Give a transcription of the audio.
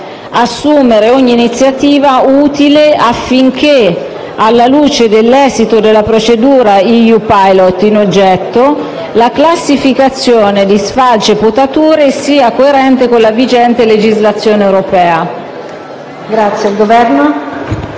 assumere ogni iniziativa utile affinché, alla luce dell'esito della procedura EU/Pilot in oggetto, la classificazione di sfalci e potature sia coerente con la vigente legislazione europea.